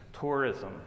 tourism